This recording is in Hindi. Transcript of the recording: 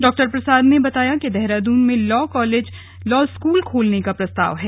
डॉ प्रसाद ने बताया कि देहरादून में लॉ स्कूल खोलने का प्रस्ताव है